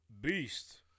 Beast